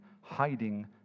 hiding